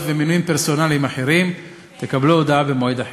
ומינויים פרסונליים אחרים תקבלו הודעה במועד אחר.